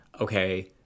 okay